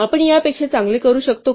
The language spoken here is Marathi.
आपण यापेक्षा चांगले करू शकतो का